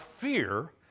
fear